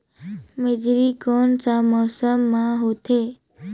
मेझरी कोन सा मौसम मां होथे?